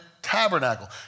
Tabernacle